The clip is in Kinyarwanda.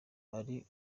hari